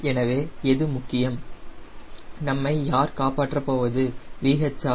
எனவே எது முக்கியம் நம்மை யார் காப்பாற்றப்போவது VH ஆ